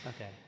Okay